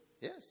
Yes